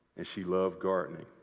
and she loved gardening.